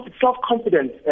self-confidence